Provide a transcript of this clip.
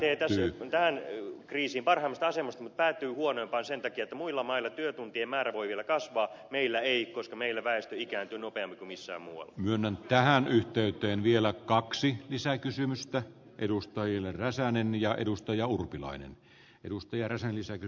suomi lähtee tähän kriisiin parhaimmasta asemasta mutta päätyy huonompaan sen takia että muilla mailla työtuntien määrä voi vielä kasvaa meillä ei koska meillä väestö ikääntyy nopeammin missä myönnän tähän yhteyteen vielä kaksi lisää kysymästä edustajille räsänen ja edustaja kuin missään muualla